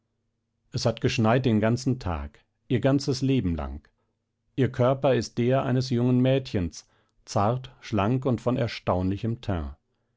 es hat geschneit den ganzen tag ihr ganzes leben lang ihr körper ist der eines jungen mädchens zart schlank und von erstaunlichem teint